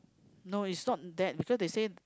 no is not that so they say